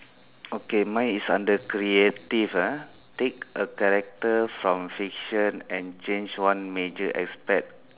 okay mine is under creative ah take a character from fiction and change one major aspect